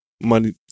money